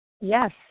Yes